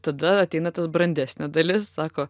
tada ateina tas brandesnė dalis sako